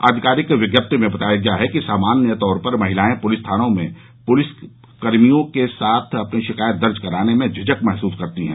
आधिकारिक विज्ञप्ति में बताया गया है कि सामान्य तौर पर महिलाएं पुलिस थानों में पुरुष पुलिसकर्मियों के साथ अपनी शिकायत दर्ज कराने में झिझक महसूस करती हैं